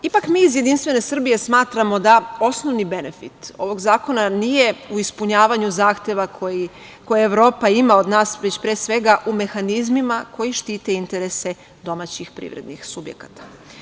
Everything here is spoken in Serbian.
Ipak mi iz Jedinstvene Srbije smatramo da osnovni benefit ovog zakona nije u ispunjavanju zahteva koje Evropa ima od nas, već pre svega u mehanizmima koji štite interese domaćih privrednih subjekata.